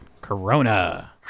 Corona